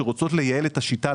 שרוצות לייעל את השיטה,